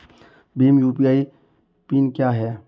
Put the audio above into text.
Bhim UPI pin क्या है?